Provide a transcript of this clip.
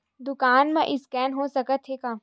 दुकान मा स्कैन हो सकत हे का?